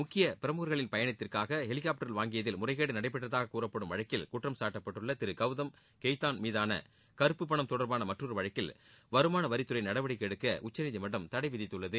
முக்கிய பிரமுகர்களின் பயனத்திற்காக ஹெலிகாப்டர்கள் வாங்கியதில் முறைகேடுகள் நடைபெற்றதாக கூறப்படும் வழக்கில் குற்றம் சாட்டப்பட்டுள்ள திரு கௌதம் கெய்தான் மீதான கருப்பு பணம் தொடர்பான மற்றொரு வழக்கில் வருமான வரித்துறை நடவடிக்கை எடுக்க உச்சநீதிமன்றம் தடைவிதித்துள்ளது